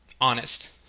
honest